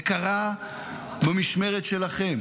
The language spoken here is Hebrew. זה קרה במשמרת שלכם.